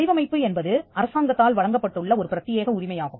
வடிவமைப்பு என்பது அரசாங்கத்தால் வழங்கப்பட்டுள்ள ஒரு பிரத்தியேக உரிமையாகும்